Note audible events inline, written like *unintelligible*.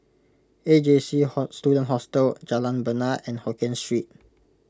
A J C *unintelligible* Student Hostel Jalan Bena and Hokkien Street